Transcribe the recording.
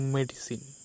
Medicine